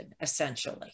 essentially